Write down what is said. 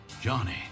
Johnny